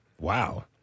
Wow